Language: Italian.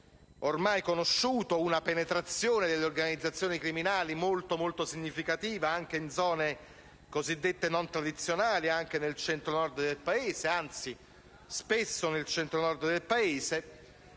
ormai conosciuto una penetrazione delle organizzazioni criminali molto significativa anche in zone cosiddette non tradizionali: anche, anzi spesso, nel Centro-Nord del Paese.